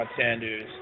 Sanders